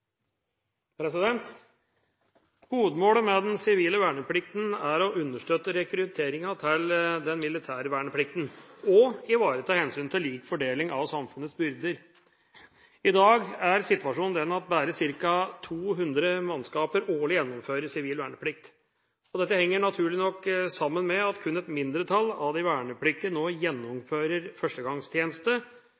vedtatt. Hovedmålet med den sivile verneplikten er å understøtte rekrutteringen til den militære verneplikten – og ivareta hensynet til lik fordeling av samfunnets byrder. I dag er situasjonen den at bare ca. 200 mannskaper årlig gjennomfører sivil verneplikt. Dette henger, naturlig nok, sammen med at kun et mindretall av de vernepliktige nå